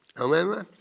however,